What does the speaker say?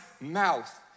mouth